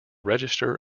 register